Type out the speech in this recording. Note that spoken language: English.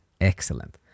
Excellent